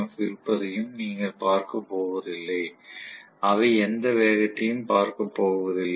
F இருப்பதையும் நீங்கள் பார்க்கப் போவதில்லை அவை எந்த வேகத்தையும் பார்க்கப் போவதில்லை